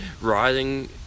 riding